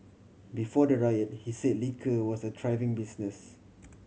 before the riot he said liquor was a thriving business